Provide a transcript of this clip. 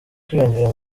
kwiyongera